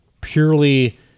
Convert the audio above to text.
purely